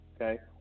okay